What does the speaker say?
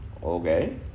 Okay